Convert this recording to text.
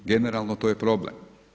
Generalno to je problem.